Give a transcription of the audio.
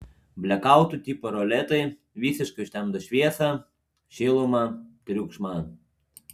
blekautų tipo roletai visiškai užtemdo šviesą šilumą triukšmą